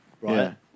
right